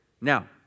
Now